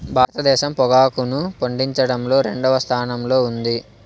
భారతదేశం పొగాకును పండించడంలో రెండవ స్థానంలో ఉంది